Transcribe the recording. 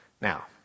Now